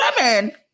women